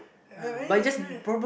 I I I mean